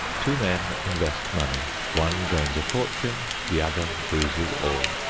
two men invest money one gains a fortune, the other loses all.